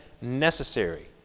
necessary